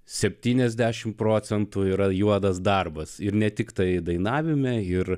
septyniasdešimt procentų yra juodas darbas ir ne tiktai dainavime ir